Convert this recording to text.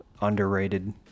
underrated